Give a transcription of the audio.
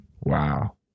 Wow